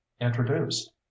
introduced